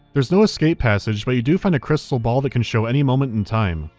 there's no escape passage, but you do find a crystal ball that can show any moment in time.